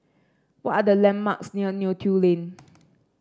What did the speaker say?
what are the landmarks near Neo Tiew Lane